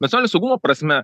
nacionalinio saugumo prasme